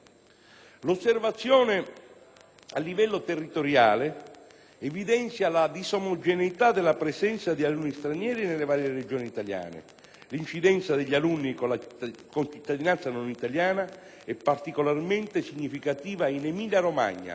a livello territoriale evidenzia la disomogeneità della presenza di alunni stranieri nelle varie Regioni italiane. L'incidenza degli alunni con cittadinanza non italiana è particolarmente significativa in Emilia-Romagna, Umbria, Lombardia e Veneto,